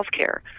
healthcare